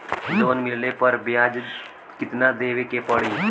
Loan मिलले पर ब्याज कितनादेवे के पड़ी?